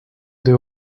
deux